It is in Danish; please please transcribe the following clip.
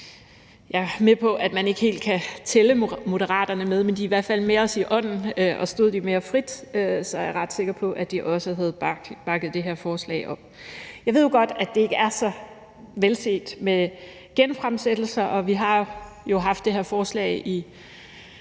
Jeg er med på, at man ikke helt kan tælle Moderaterne med, men de er i hvert fald med os i ånden, og stod de mere frit, er jeg ret sikker på, at de også havde bakket det her forslag op. Jeg ved jo godt, at det ikke er så velset med genfremsættelser, og vi har jo også haft det her forslag på